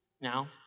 Now